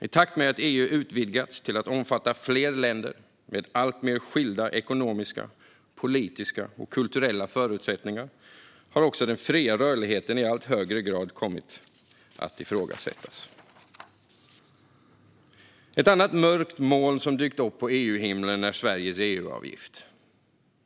I takt med att EU utvidgats till att omfatta fler länder med alltmer skilda ekonomiska, politiska och kulturella förutsättningar har också den fria rörligheten i allt högre grad kommit att ifrågasättas. Ett annat mörkt moln som dykt upp på EU-himlen är Sveriges EU-avgift.